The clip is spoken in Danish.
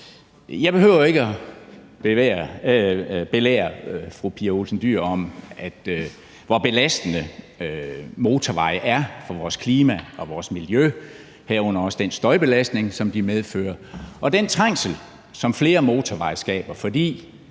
Jeg behøver ikke at belære fru Pia Olsen Dyhr om, hvor belastende motorveje er for vores klima og vores miljø, herunder også den støjbelastning, som de medfører, og den trængsel, som flere motorveje skaber.